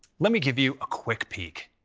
let me give you a quick peek.